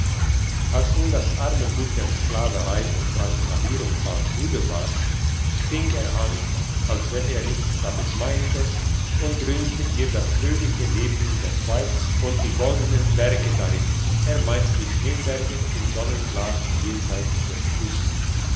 als nun das arme blut der sklaverei und drangsalierung bald müde war fing er an als wenn er nichts damit meinte und rühmte ihr das fröhliche leben in der schweiz und die goldenen berge darin er meinte die schneeberge im sonnenglast jenseits der klus